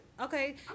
Okay